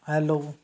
hello